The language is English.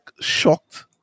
shocked